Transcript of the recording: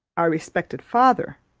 our respected father,